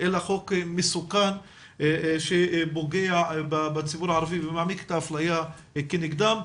אלא חוק מסוכן שפוגע בציבור הערבי ומעמיק את האפליה כנגדם.